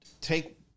take